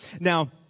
Now